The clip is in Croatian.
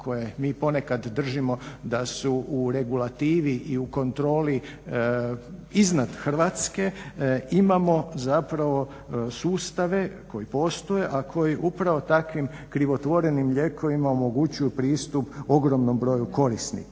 koje mi ponekad držimo da su regulativi i u kontroli iznad Hrvatske imamo zapravo sustave koji postoje a koji upravo takvim krivotvorenim lijekovima omogućuju pristup ogromnom broju korisnika.